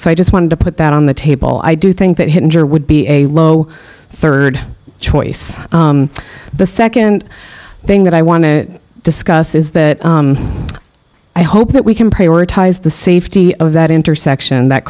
so i just wanted to put that on the table i do think that hinder would be a low third choice the second thing that i want to discuss is that i hope that we can prioritize the safety of that intersection that